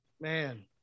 Man